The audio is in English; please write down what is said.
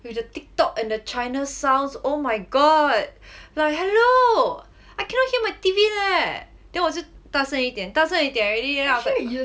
with the TikTok and the china sounds oh my god like hello I cannot hear my T_V eh then 我就大声一点大声一点 already then after that